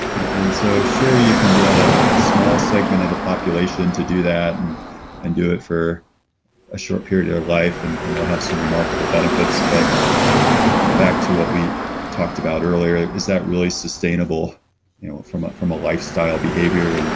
and so sure, you can get ah a small segment of the population to do that and do it for a short period of their life and and they'll have some remarkable benefits. but back to what we talked about earlier, is that really sustainable you know from ah from a lifestyle behavior? and